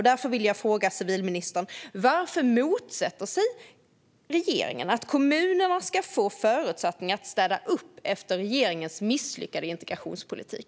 Därför vill jag fråga civilministern: Varför motsätter sig regeringen att kommunerna ska få förutsättningar att städa upp efter regeringens misslyckade integrationspolitik?